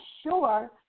sure